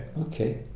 Okay